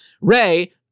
Ray